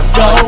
go